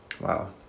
Wow